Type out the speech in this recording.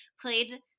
played